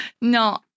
No